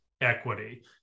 equity